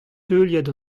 teuliad